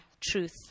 truth